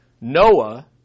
Noah